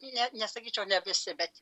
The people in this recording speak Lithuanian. ne nesakyčiau ne visi bet